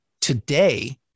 today